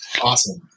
Awesome